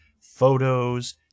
photos